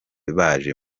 baje